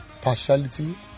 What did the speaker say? partiality